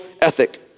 ethic